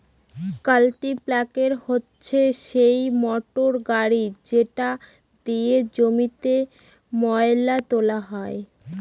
কাল্টিপ্যাকের হচ্ছে সেই মোটর গাড়ি যেটা দিয়ে জমিতে ময়লা তোলা হয়